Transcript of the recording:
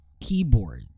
keyboard